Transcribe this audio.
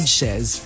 says